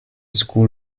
school